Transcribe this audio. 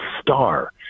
star